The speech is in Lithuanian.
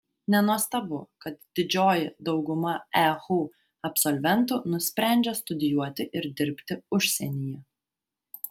nenuostabu kad didžioji dauguma ehu absolventų nusprendžia studijuoti ir dirbti užsienyje